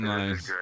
nice